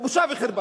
זו בושה וחרפה.